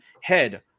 head